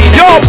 yo